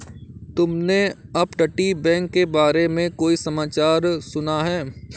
तुमने अपतटीय बैंक के बारे में कोई समाचार सुना है?